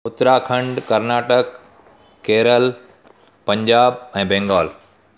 उत्तराखंड कर्नाटक केरल पंजाब ऐं बैंगॉल